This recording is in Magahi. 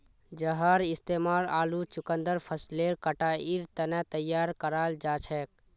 जहार इस्तेमाल आलू चुकंदर फसलेर कटाईर तने तैयार कराल जाछेक